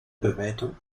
bewertung